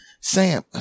Sam